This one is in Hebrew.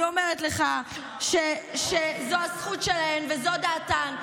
אני אומרת לך שזו הזכות שלהן וזו דעתן,